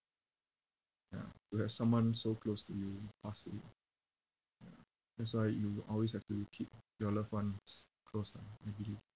ya to have someone so close to you passed away ya that's why you always have to keep your loved ones close lah I believe